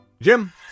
Jim